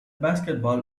basketball